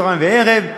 צהריים וערב,